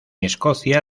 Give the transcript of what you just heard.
escocia